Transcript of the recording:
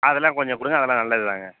அதெலாம் கொஞ்சம் கொடுங்க அதெலாம் நல்லது தாங்க